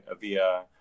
via